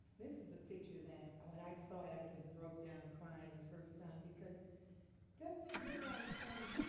this is the picture that i when i saw it i just broke down crying the first time, because doesn't it look like some